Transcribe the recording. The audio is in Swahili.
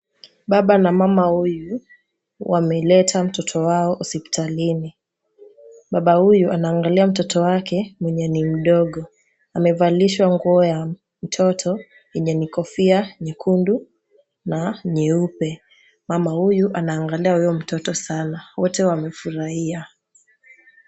Baba na mama huyu wameleta mtoto wao hospitalini baba huyu anaangalia mtoto wake mwenye ni ndogo amevalishwa nguo ya mtoto yenye yenye ni kofia nyekundu na nyeupe mama huyu anaangalia huyo mtoto sana wote wamefurahia.